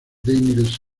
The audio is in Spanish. daniels